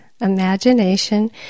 Imagination